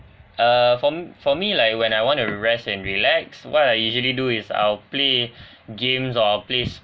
uh fo~ for me like when I want to rest and relax what I usually do is I'll play games or I'll play